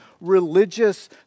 religious